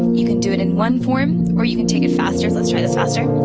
you can do it in one form or you can take it faster. let's try this faster.